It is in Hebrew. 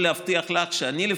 שנה.